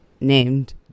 named